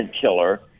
killer